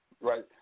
right